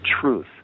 truth